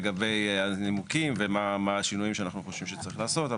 לגבי הנימוקים ומה השינויים שאנחנו חושבים שצריך לעשות.